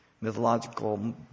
mythological